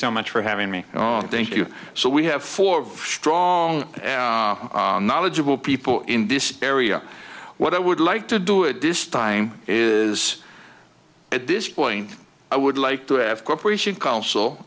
so much for having me thank you so we have four strong knowledgeable people in this area what i would like to do it this time is at this point i would like to have cooperation council